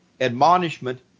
admonishment